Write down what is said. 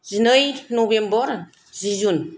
जिनै नभेम्बर जि जुन